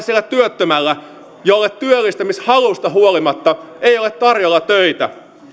sillä työttömällä jolle työllistymishalusta huolimatta ei ole tarjolla töitä